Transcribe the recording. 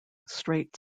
straight